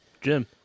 Jim